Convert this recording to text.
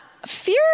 Fear